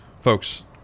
folks